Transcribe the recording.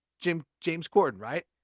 jim, james corden, right?